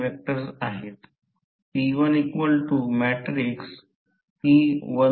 फक्त थांबा I शोधण्याऐवजी रेखांकन करीन